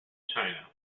china